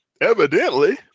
Evidently